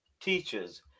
teachers